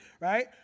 Right